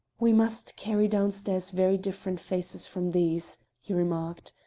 we must carry down stairs very different faces from these, he remarked,